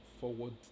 forward